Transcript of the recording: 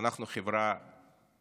שאנחנו חברה אחת,